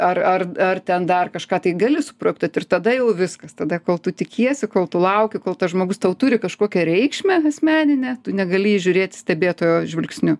ar ar ar ten dar kažką tai gali suprojektuot ir tada jau viskas tada kol tu tikiesi kol tu lauki kol tas žmogus tau turi kažkokią reikšmę asmeninę tu negali į jį žiūrėti stebėtojo žvilgsniu